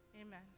Amen